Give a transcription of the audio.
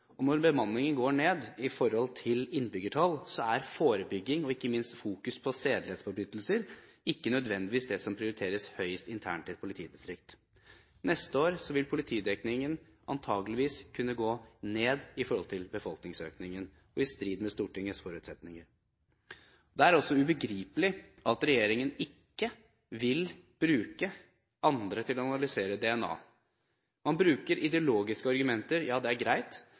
politidistrikter. Når bemanningen går ned i forhold til innbyggertall, er forebygging og ikke minst fokus på sedelighetsforbrytelser ikke nødvendigvis det som prioriteres høyest internt i et politidistrikt. Neste år vil politidekningen antakeligvis kunne gå ned i forhold til befolkningsøkningen, og det i strid med Stortingets forutsetninger. Det er også ubegripelig at regjeringen ikke vil bruke andre til å analysere DNA. Man bruker ideologiske argumenter – det er greit